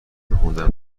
میخوندم